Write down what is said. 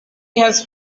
has